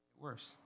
Worse